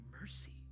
mercy